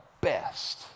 best